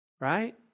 right